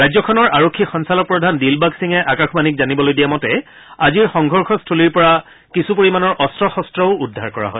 ৰাজ্যখনৰ আৰক্ষী সঞ্চালকপ্ৰধান দিলবাগ সিঙে আকাশবাণীক জানিবলৈ দিয়া মতে আজিৰ সংঘৰ্ষস্থলীৰ পৰা কিছু পৰিমাণৰ অস্ত্ৰ শস্ত্ৰও উদ্ধাৰ কৰা হয়